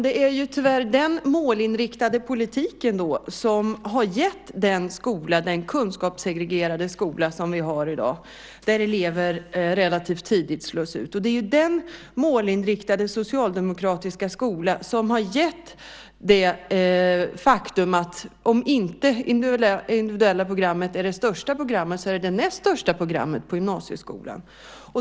Det är tyvärr den målinriktade politiken då som har gett den skola, den kunskapssegregerade skola, som vi har i dag, där elever relativt tidigt slås ut. Det är den målinriktade socialdemokratiska skolan som har gett det faktum att om inte det individuella programmet är det största programmet så är det det näst största programmet på gymnasieskolan.